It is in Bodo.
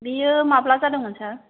बियो माब्ला जादोंमोन सार